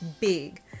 big